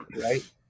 right